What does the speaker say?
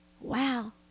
wow